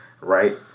right